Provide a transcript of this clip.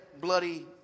bloody